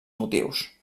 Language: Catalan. motius